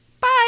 Bye